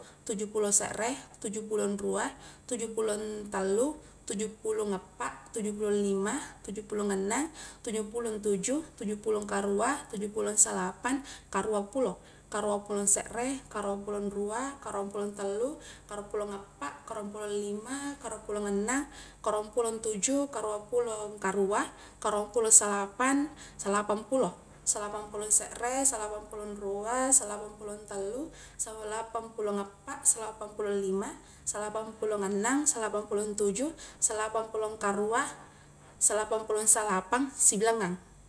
Tuju pulo sere, tuju pulon rua, tuju pulong tallu, tuju pulong appa, tuju pulong lima, tuju pulong annang, tuju pulong tuju, tuju pulong karua, tuju pulong salapang, karua pulo, karua pulong sere, karua pulong rua, karua pulong tallu, karua pulong appa, karua pulong lima, karua pulo annang, karua pulong tuju, karua pulong karua, karuang pulong salapang, salapang pulo, salapang pulong sere, salapang pulong rua, salapang pulong tallu, salapang pulong appa, salapang pulong lima, salapang pulong annang, salapang pulong tuju, salapang pulong karua, salapang pulong salapang, sibilangang.